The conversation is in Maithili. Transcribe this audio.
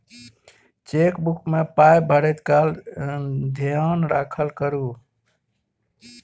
चेकबुक मे पाय भरैत काल धेयान राखल करू